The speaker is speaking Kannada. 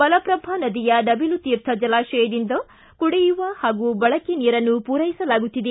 ಮಲಪ್ರಭಾ ನದಿಯ ನವೀಲುತೀರ್ಥ ಜಲಾಶಯದಿಂದ ಕುಡಿಯುವ ಹಾಗೂ ಬಳಕೆ ನೀರನ್ನು ಪೂರೈಸಲಾಗುತ್ತಿದೆ